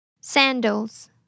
Sandals